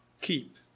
keep